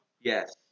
Yes